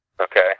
Okay